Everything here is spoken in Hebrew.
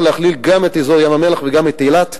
להכליל גם את אזור ים-המלח וגם את אילת,